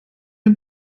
dem